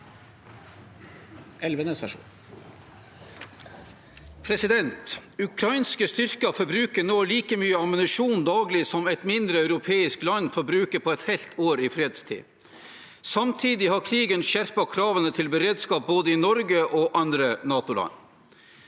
Ukrainske styrker forbruker nå like mye ammunisjon daglig som et mindre europeisk land forbruker på et helt år i fredstid. Samtidig har krigen skjerpet kravene til beredskap både i Norge og i andre NATO-land.